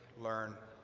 learn,